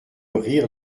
rire